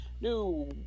new